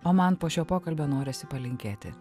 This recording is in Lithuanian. o man po šio pokalbio norisi palinkėti